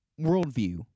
worldview